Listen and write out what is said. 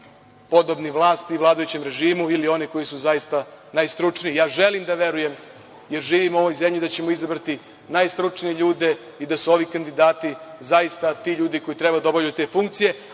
podobni vlasti i vladajućem režimu ili one koji su zaista najstručniji? Želim da verujem jer živim u ovoj zemlji da ćemo izabrati najstručnije ljude i da su ovi kandidati zaista ti ljudi koji treba da obavljaju te funkcije,